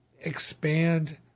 expand